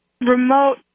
remote